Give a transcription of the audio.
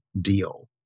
deal